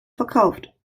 verkauft